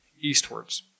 eastwards